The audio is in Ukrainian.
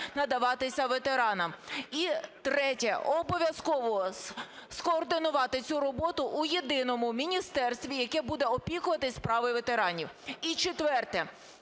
І четверте.